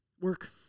Work